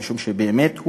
משום שבאמת,